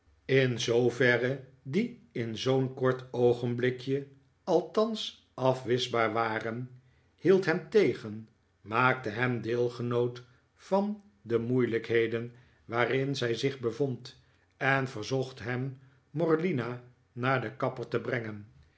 verre die in zoo'n kort oogenblikje althans afwischbaar waren hield hem tegen maakte hem deelgenoot van de moeilijkr heden waarin zij zich bevond en verzocht hem morlina naar den kapper te brengen